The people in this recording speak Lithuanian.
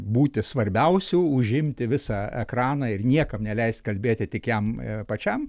būti svarbiausiu užimti visą ekraną ir niekam neleis kalbėti tik jam pačiam